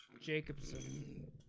Jacobson